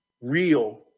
real